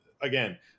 again